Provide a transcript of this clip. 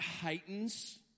heightens